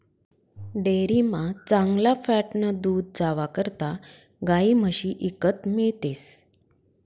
डेअरीमा चांगला फॅटनं दूध जावा करता गायी म्हशी ईकत मिळतीस